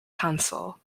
council